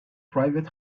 private